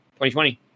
2020